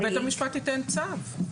בית המשפט ייתן צו.